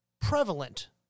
prevalent